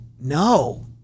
no